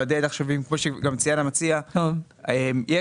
מה אתה